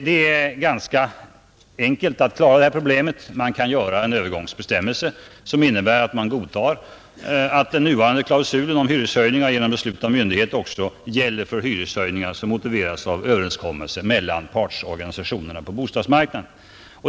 Det är ganska enkelt att klara detta problem genom en övergångsbestämmelse som innebär att man godtar att den nuvarande klausulen om hyreshöjningar genom beslut av myndighet också gäller för hyreshöjning efter överenskommelse mellan partsorganisationerna på bostadsmarknaden.